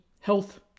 health